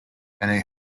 and